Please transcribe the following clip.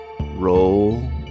roll